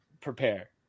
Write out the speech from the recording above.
prepare